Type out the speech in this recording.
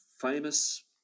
famous